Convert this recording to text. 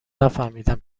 نفهمیدیم